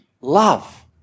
Love